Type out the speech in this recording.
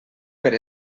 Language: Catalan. per